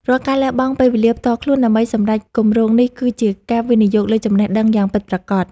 រាល់ការលះបង់ពេលវេលាផ្ទាល់ខ្លួនដើម្បីសម្រេចគម្រោងនេះគឺជាការវិនិយោគលើចំណេះដឹងយ៉ាងពិតប្រាកដ។